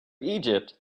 egypt